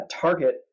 target